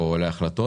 או להחלטות.